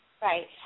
Right